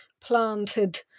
planted